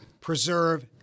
preserve